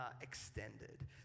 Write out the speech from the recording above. extended